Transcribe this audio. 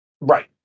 Right